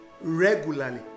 regularly